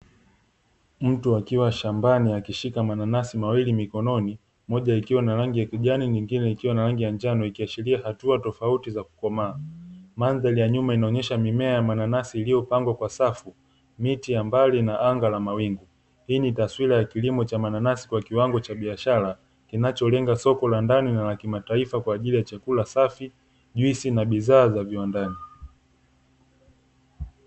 Mtu akiwa shambani akishika mananasi mawili mikononi moja likiwa na rangi ya kijani, nyingine ikiwa na rangi ya njano ikiashiria hatua tofauti za kukomaa, mandhari ya nyuma inaonyesha mimea ya mananasi iliyopangwa kwa safu miti ya mbali na anga la mawingu, hii ni taswira ya kilimo cha mananasi kwa kiwango cha biashara ninacholenga soko la ndani na la kimataifa kwa ajili ya chakula safi juisi na bidhaa za viwandani.